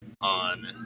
on